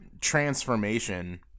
transformation